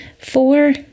four